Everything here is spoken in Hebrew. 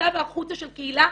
ובפריסה והחוצה של קהילה.